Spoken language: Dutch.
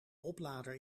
oplader